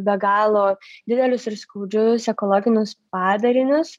be galo didelius ir skaudžius ekologinius padarinius